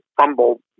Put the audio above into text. fumble